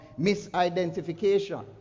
misidentification